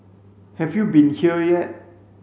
have you been here yet